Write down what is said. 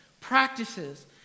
practices